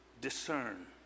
discern